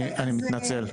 אני מתנצל.